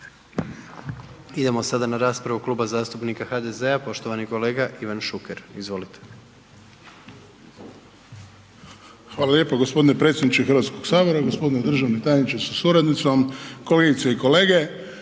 Idemo sada na raspravu Kluba zastupnika HDZ-a, poštovani kolega Ivan Šuker. Izvolite. **Šuker, Ivan (HDZ)** Hvala lijepa gospodine predsjedniče Hrvatskog sabora. Gospodine državni tajniče sa suradnicom, kolegice i kolege